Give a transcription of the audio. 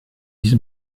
list